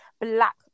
black